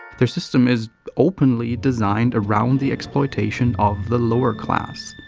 their system is openly designed around the exploitation of the lower class.